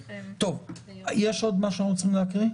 טוב, יש עוד משהו שאנחנו צריכים להקריא?